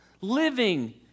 Living